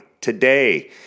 today